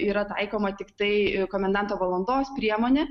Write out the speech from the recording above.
yra taikoma tiktai komendanto valandos priemonė